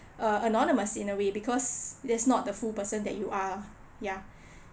uh anonymous in a way because that's not the full person that you are ya